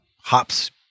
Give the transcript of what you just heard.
hops